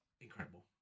incredible